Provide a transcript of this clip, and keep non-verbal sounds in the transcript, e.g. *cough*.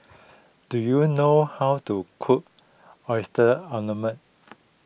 do you know how to cook Oyster *unintelligible*